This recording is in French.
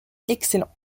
excellent